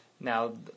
Now